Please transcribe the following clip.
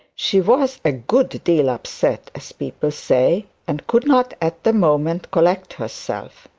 she was a good deal upset, as people say, and could not at the moment collect herself.